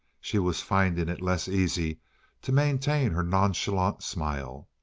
she was finding it less easy to maintain her nonchalant smile.